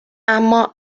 اما